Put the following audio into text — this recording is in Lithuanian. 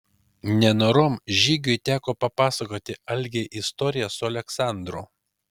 nenorom žygiui teko papasakoti algei istoriją su aleksandru